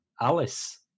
Alice